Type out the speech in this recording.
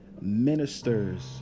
ministers